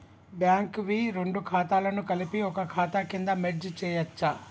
Bank వి రెండు ఖాతాలను కలిపి ఒక ఖాతా కింద మెర్జ్ చేయచ్చా?